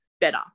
better